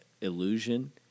illusion